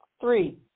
Three